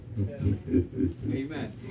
Amen